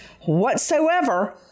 whatsoever